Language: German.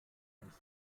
ums